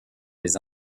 les